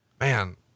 Man